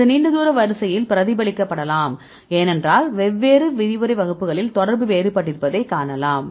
இது நீண்ட தூர வரிசையில் பிரதிபலிக்கப்படலாம் ஏனென்றால் வெவ்வேறு விரிவுரை வகுப்புகளில் தொடர்புகள் வேறுபட்டிருப்பதை காணலாம்